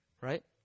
right